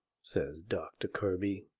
says doctor kirby,